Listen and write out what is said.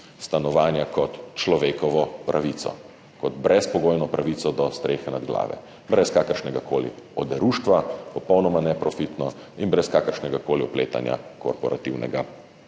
stanovanja kot človekovo pravico, kot brezpogojno pravico do strehe nad glavo, brez kakršnegakoli oderuštva, popolnoma neprofitno in brez kakršnegakoli vpletanja korporativnega